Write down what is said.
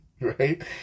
right